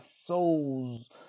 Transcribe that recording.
souls